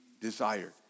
desired